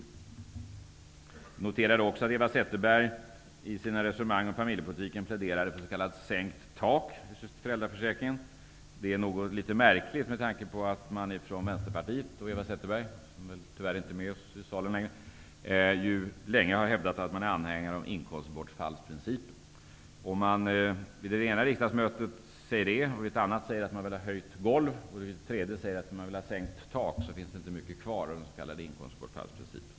Jag noterar också att Eva Zetterberg i sina resonemang om familjepolitiken pläderade för ett s.k. sänkt tak för föräldraförsäkringen. Det är litet märkligt med tanke på att Vänsterpartiet och Eva Zetterberg -- som tyvärr inte längre är med oss i kammaren -- länge har hävdat att man är anhängare av inkomstbortfallsprincipen. Om man vid det ena riksdagsmötet säger det, vid ett annat säger att man vill ha höjt golv och vid ett tredje säger att man vill ha sänkt tak, finns det inte mycket kvar av den s.k. inkomstbortfallsprincipen.